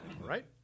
right